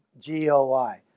GOI